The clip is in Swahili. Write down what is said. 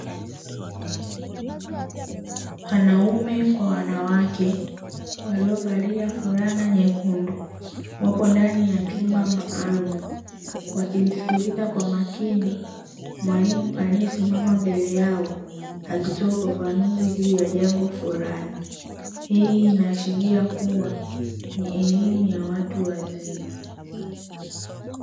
Wanaume kwa wanawake walio valia fulana nyekundu wapo ndani ya chumba maalum wakimsikiliza kwa makini mwalimu aliye simama mbele yao akitoa ufafanuzi juu ya jambo fulani, hii inaashiria kuwa ni elimu ya watu wazima.